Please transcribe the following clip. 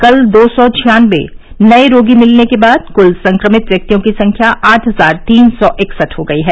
कल दो सौ छियानबे नए रोगी मिलने के बाद कुल संक्रमित व्यक्तियों की संख्या आठ हजार तीन सौ इकसठ हो गई है